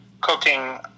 cooking